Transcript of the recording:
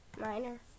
minor